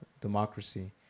democracy